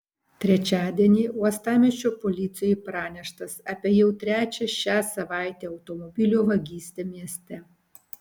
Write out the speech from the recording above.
trečiadienį uostamiesčio policijai praneštas apie jau trečią šią savaitę automobilio vagystę mieste